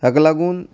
ताका लागून